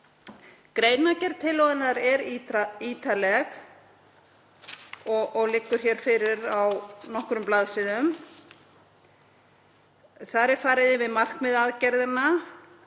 Greinargerð tillögunnar er ítarleg og liggur hér fyrir á nokkrum blaðsíðum. Þar er farið yfir markmið aðgerðarinnar,